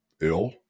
ill